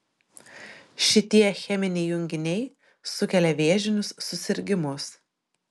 šitie cheminiai junginiai sukelia vėžinius susirgimus